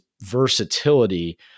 versatility